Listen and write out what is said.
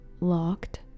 locked